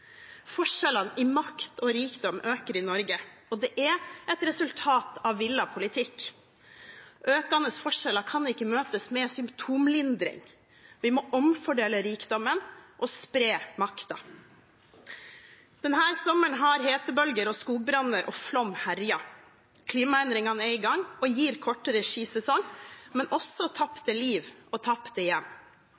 Forskjellene i makt og rikdom øker i Norge, og det er et resultat av villet politikk. Økende forskjeller kan ikke møtes med symptomlindring. Vi må omfordele rikdommen og spre makten. Denne sommeren har hetebølger, skogbranner og flom herjet. Klimaendringene er i gang og gir kortere skisesong, men også